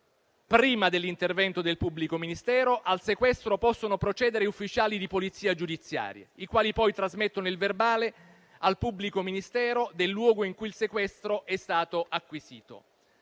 prima dell'intervento del pubblico ministero, al sequestro possono procedere ufficiali di polizia giudiziaria, i quali poi trasmettono il verbale al pubblico ministero del luogo in cui il sequestro è stato acquisito.